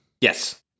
Yes